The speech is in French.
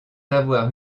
avoir